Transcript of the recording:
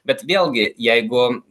bet vėlgi jeigu